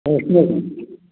प्रश्नच नाही